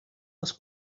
els